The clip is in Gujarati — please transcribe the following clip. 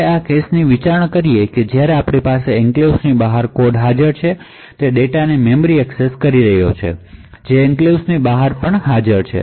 તો ચાલો આપણે એ કેસની વિચારણા કરીએ જ્યાં આપણી પાસે એન્ક્લેવ્સ ની બહાર કોડ હાજર છે અને તે એ ડેટા ને મેમરી એક્સેસ કરી રહ્યું છે જે એન્ક્લેવ્સ ની બહાર હાજર છે